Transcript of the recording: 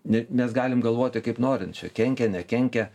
ne nes galim galvoti kaip norim čia kenkia nekenkia